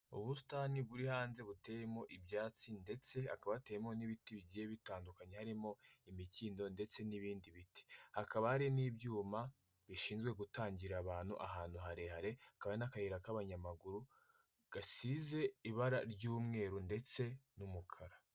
Ubusitani buri hanze buteyemo ibyatsi ndetse hakaba hateyemo n'ibiti bigiye bitandukanye, harimo imikindo ndetse n'ibindi biti, hakaba hari n'ibyuma bishinzwe gutangira abantu ahantu harehare, hakaba n'akayira k'abanyamaguru, gasize ibara ry'umweru ndetse n'umukara.